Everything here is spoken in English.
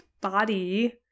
body